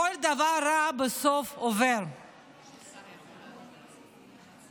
כוח ההרתעה, היא נכשלה בטיפול ביוקר המחיה,